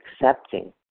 accepting